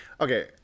okay